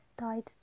died